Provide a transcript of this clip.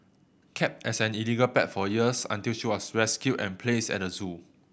kept as in illegal pet for years until she was rescued and placed at the zoo